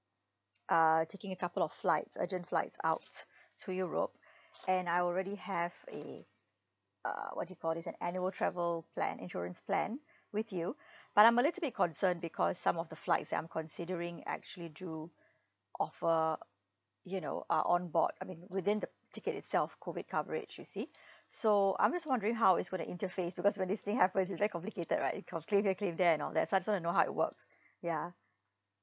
uh taking a couple of flights urgent flights out to europe and I already have a uh what do you call this an annual travel plan insurance plan with you but I'm a little bit concern because some of the flights that I'm considering actually do offer you know uh on board I mean within the ticket itself COVID coverage you see so I'm just wondering how it's going to interface because when this thing happens it's like complicated right com~ claim here and claim there and all like absolutely know how it works ya